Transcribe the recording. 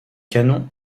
canon